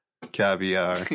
Caviar